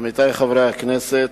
עמיתי חברי הכנסת,